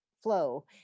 flow